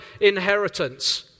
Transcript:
inheritance